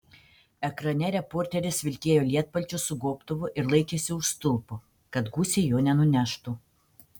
ekrane reporteris vilkėjo lietpalčiu su gobtuvu ir laikėsi už stulpo kad gūsiai jo nenuneštų